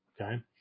okay